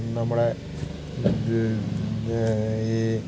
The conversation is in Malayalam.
നമ്മുടെ ഈ